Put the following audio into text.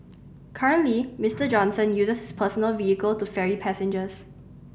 currently Mister Johnson uses his personal vehicle to ferry passengers